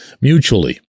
mutually